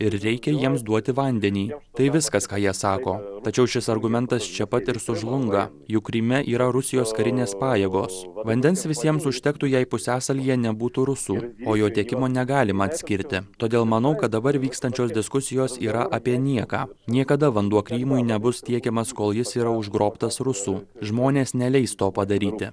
ir reikia jiems duoti vandenį tai viskas ką jie sako tačiau šis argumentas čia pat ir sužlunga juk kryme yra rusijos karinės pajėgos vandens visiems užtektų jei pusiasalyje nebūtų rusų o jo tiekimo negalima atskirti todėl manau kad dabar vykstančios diskusijos yra apie nieką niekada vanduo krymui nebus tiekiamas kol jis yra užgrobtas rusų žmonės neleis to padaryti